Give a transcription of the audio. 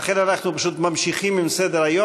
ולכן אנחנו פשוט ממשיכים בסדר-היום.